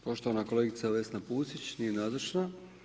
Poštovana kolegica Vesna Pusić, nije nazočna.